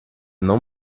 não